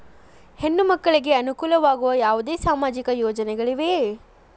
ಹೆಣ್ಣು ಮಕ್ಕಳಿಗೆ ಅನುಕೂಲವಾಗುವ ಯಾವುದೇ ಸಾಮಾಜಿಕ ಯೋಜನೆಗಳಿವೆಯೇ?